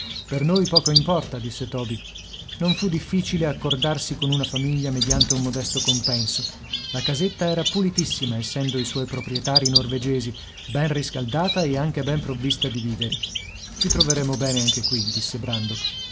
per noi poco importa disse toby non fu difficile accordarsi con una famiglia mediante un modesto compenso la casetta era pulitissima essendo i suoi proprietari norvegesi ben riscaldata e anche ben provvista di viveri ci troveremo bene anche qui disse brandok